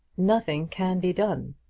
nothing can be done.